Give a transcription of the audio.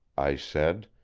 i said,